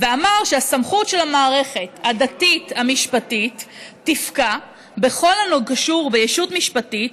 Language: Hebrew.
ואמר שהסמכות של המערכת הדתית המשפטית תפקע בכל הקשור בישות משפטית,